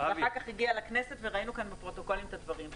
ואחר כך הגיע לכנסת וראינו פה בפרוטוקולים של הדברים שלו.